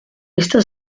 esta